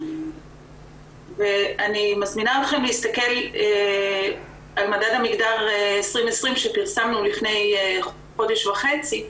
אני מזמינה אתכם להסתכל על מדד המגדר 2020 שפרסמנו לפני חודש וחצי.